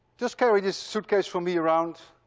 just carry this suitcase for me around?